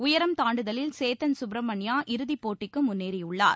உயரம் தாண்டுதலில் சேத்தன் சுப்ரமணியா இறுதிப் போட்டிக்கு முன்னேறியுள்ளார்